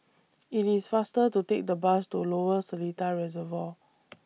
IT IS faster to Take The Bus to Lower Seletar Reservoir